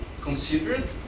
considered